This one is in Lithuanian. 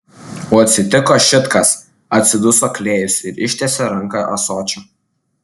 o atsitiko šit kas atsiduso klėjus ir ištiesė ranką ąsočio